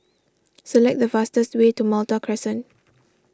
select the fastest way to Malta Crescent